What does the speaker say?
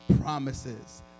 promises